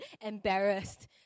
embarrassed